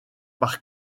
par